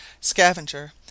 Scavenger